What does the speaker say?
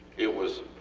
it was